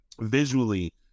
visually